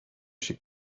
she